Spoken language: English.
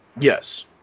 Yes